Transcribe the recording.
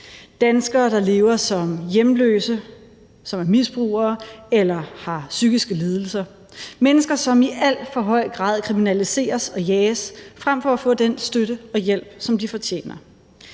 danskere, der lever som hjemløse, som er misbrugere, eller som har psykiske lidelser; mennesker, som i alt for høj grad kriminaliseres og jages frem for at få den støtte og hjælp, som de fortjener.